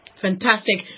Fantastic